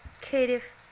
creative